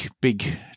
big